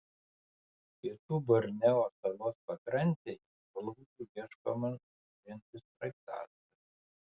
pietų borneo salos pakrantėje nuolaužų ieškoma naudojantis sraigtasparniais